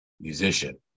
musician